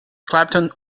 clapton